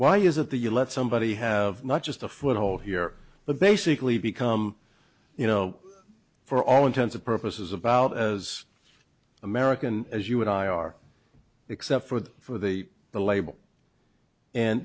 why is it the you let somebody have not just a foothold here but basically become you know for all intents and purposes about as american as you and i are except for the for the the label and